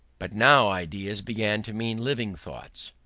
but now ideas began to mean living thoughts,